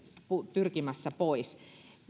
pyrkimässä pois